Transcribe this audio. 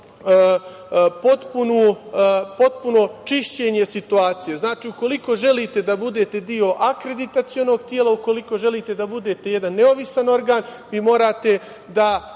potpuno čišćenje situacije. Znači, ukoliko želite da budete deo akreditacionog tela, ukoliko želite da budete jedan nezavisan organ, vi morate da